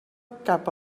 cap